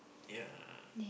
ya